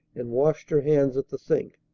and washed her hands at the sink.